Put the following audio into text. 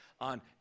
on